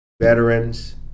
veterans